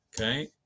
Okay